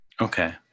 Okay